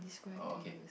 oh okay